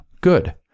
good